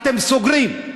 אתם סוגרים.